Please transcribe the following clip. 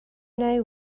know